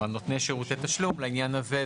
נותני שירותי תשלום לעניין הזה,